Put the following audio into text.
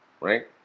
right